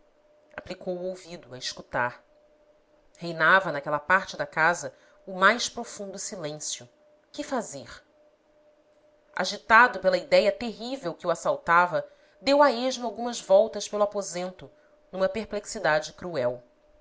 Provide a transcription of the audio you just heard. aplicou o ouvido a escutar reinava naquela parte da casa o mais profundo silêncio que fazer agitado pela idéia terrível que o assaltava deu a esmo algumas voltas pelo aposento numa perplexidade cruel